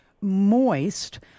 moist